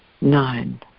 Nine